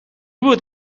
بود